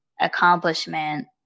accomplishment